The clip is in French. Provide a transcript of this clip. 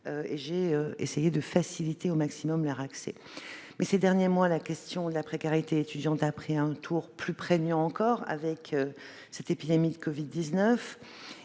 et j'ai essayé de faciliter au maximum leur accès. Ces derniers mois, la question de la précarité étudiante a pris un tour plus prégnant encore du fait de l'épidémie de Covid-19.